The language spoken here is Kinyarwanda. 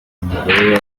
umugore